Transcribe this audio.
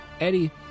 Eddie